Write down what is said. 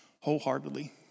wholeheartedly